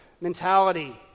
mentality